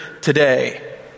today